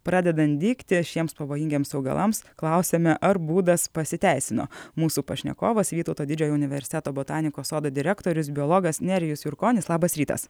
pradedant dygti šiems pavojingiems augalams klausiame ar būdas pasiteisino mūsų pašnekovas vytauto didžiojo universiteto botanikos sodo direktorius biologas nerijus jurkonis labas rytas